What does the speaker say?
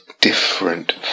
different